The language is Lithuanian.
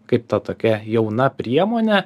kaip ta tokia jauna priemonė